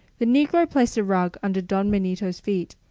the negro placed a rug under don benito's feet,